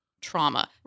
trauma